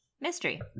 Mystery